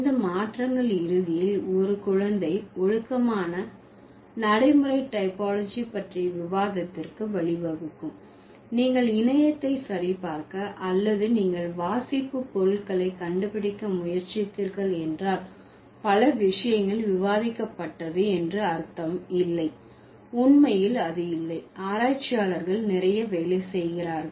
இந்த மாற்றங்கள் இறுதியில் ஒரு குழந்தை ஒழுக்கமான நடைமுறை டைப்போலாஜி பற்றிய விவாதத்திற்கு வழிவகுக்கும் நீங்கள் இணையத்தை சரிபார்க்க அல்லது நீங்கள் வாசிப்பு பொருள்களை கண்டுபிடிக்க முயற்சித்தீர்கள் என்றால் பல விஷயங்கள் விவாதிக்கப்பட்டது என்று அர்த்தம் இல்லை உண்மையில் அது இல்லை ஆராய்ச்சியாளர்கள் நிறைய வேலை செய்கிறார்கள்